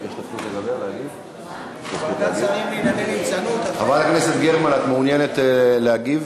חברת הכנסת גרמן, את מעוניינת להגיב?